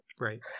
Right